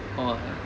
or what